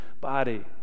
body